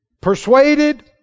Persuaded